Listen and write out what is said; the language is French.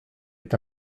est